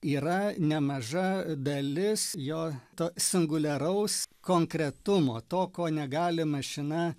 yra nemaža dalis jo to singuliaraus konkretumo to ko negali mašina